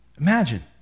Imagine